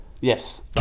Yes